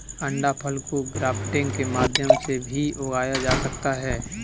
अंडाफल को ग्राफ्टिंग के माध्यम से भी उगाया जा सकता है